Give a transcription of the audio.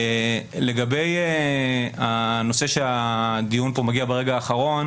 לגבי הנושא שהדיון פה מגיע ברגע האחרון,